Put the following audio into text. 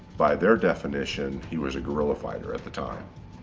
by their definition, he was a guerilla fighter at the time.